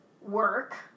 work